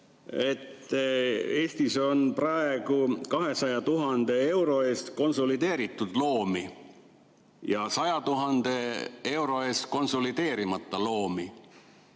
et Eestis on praegu 200 000 euro eest konsolideeritud loomi ja 100 000 euro eest konsolideerimata loomi.